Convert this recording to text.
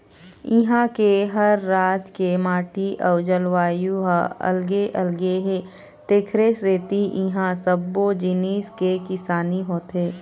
इहां के हर राज के माटी अउ जलवायु ह अलगे अलगे हे तेखरे सेती इहां सब्बो जिनिस के किसानी होथे